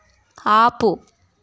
ఆపు